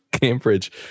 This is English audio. cambridge